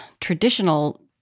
traditional